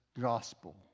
gospel